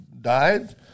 died